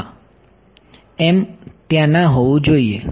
હા m ત્યાં ના હોવું જોઈએ